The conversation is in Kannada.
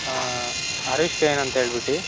ಹಾಂ ಹರೀಶ್ ಕೆ ಎನ್ ಅಂತ ಹೇಳ್ಬಿಟ್ಟಿ